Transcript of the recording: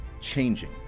changing